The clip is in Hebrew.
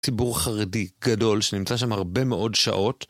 ציבור חרדי גדול שנמצא שם הרבה מאוד שעות.